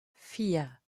vier